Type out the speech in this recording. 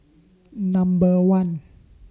Number one